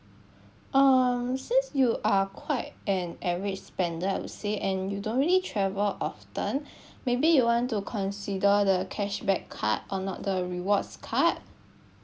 um since you are quite an average spender I would say and you don't really travel often maybe you want to consider the cashback card or not the rewards card